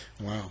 Wow